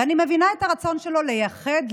ואני מבינה את הרצון שלו לייחד,